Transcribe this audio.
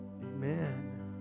amen